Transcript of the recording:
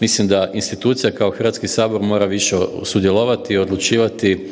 mislim da institucija kao Hrvatski sabor mora više sudjelovati i odlučivati